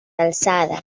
alçades